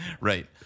Right